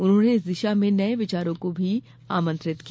उन्होंने इस दिशा में नये विचारों को भी आमंत्रित किया